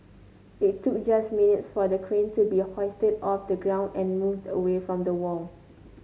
it took just minutes for the crane to be hoisted off the ground and moved away from the wall